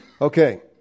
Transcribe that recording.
Okay